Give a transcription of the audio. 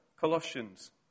Colossians